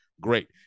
Great